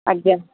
ଆଜ୍ଞା